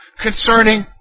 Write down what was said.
concerning